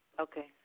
Okay